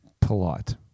polite